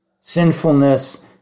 Sinfulness